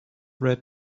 read